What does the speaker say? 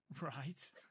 right